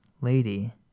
lady